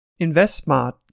InvestSmart